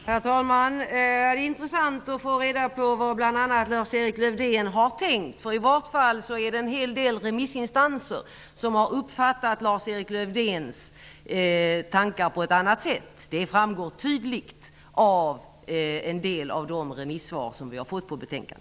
Herr talman! Det är intressant att få reda på vad bl.a. Lars-Erik Lövdén har tänkt, för i vart fall är det en hel del remissinstanser som har uppfattat Lars-Erik Lövdéns tankar på ett annat sätt. Det framgår tydligt av en del av de remissvar som vi har fått på betänkandet.